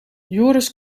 joris